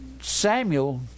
Samuel